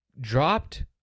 Dropped